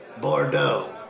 Bordeaux